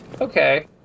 Okay